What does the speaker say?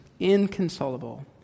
inconsolable